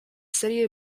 city